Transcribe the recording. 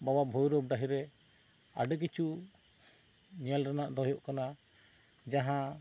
ᱵᱟᱵᱟ ᱵᱷᱳᱭᱨᱳᱵ ᱰᱟᱹᱦᱤ ᱨᱮ ᱟᱹᱰᱤ ᱠᱤᱪᱷᱩ ᱧᱮᱞ ᱨᱮᱱᱟᱜ ᱫᱚ ᱦᱩᱭᱩᱜ ᱠᱟᱱᱟ ᱡᱟᱦᱟᱸ